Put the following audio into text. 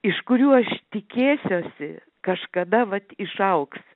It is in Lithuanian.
iš kurių aš tikėsiuosi kažkada vat išaugs